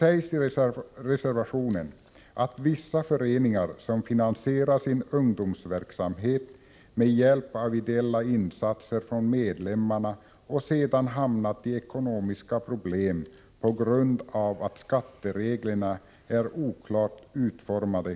I reservationen sägs att vissa föreningar som finansierar sin ungdomsverksamhet med hjälp av ideella insatser från medlemmarna hamnat i ekonomiska problem på grund av att skattereglerna är oklart utformade.